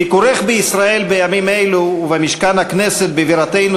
ביקורך בישראל בימים אלו ובמשכן הכנסת בבירתנו